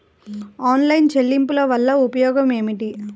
Online చెల్లింపుల వల్ల ఉపయోగమేమిటీ?